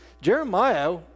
Jeremiah